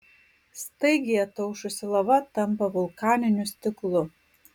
staigiai ataušusi lava tampa vulkaniniu stiklu